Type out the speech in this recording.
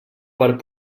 part